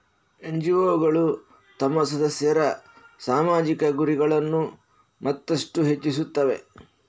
ಎನ್.ಜಿ.ಒಗಳು ತಮ್ಮ ಸದಸ್ಯರ ಸಾಮಾಜಿಕ ಗುರಿಗಳನ್ನು ಮತ್ತಷ್ಟು ಹೆಚ್ಚಿಸುತ್ತವೆ